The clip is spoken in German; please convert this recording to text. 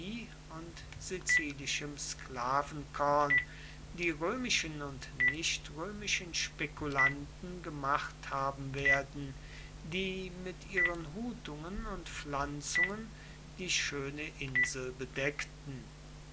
und sizilischem sklavenkorn die römischen und nichtrömischen spekulanten gemacht haben werden die mit ihren hutungen und pflanzungen die schöne insel bedeckten